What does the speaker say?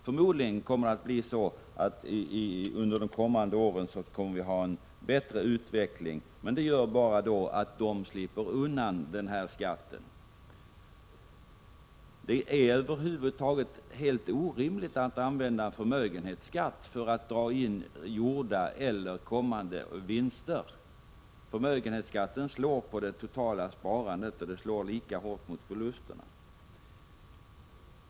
Förmodligen kommer vi under de kommande åren att ha en bättre utveckling, men det gör bara att de slipper undan den här skatten. Det är över huvud taget helt orimligt att använda en förmögenhetsskatt för att dra in gjorda eller kommande vinster. Förmögenhetsskatten slår på det totala sparandet, och den slår lika hårt mot förlusterna.